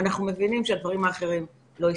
אנחנו מבינים שהדברים האחרים לא יסתדרו.